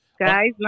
guys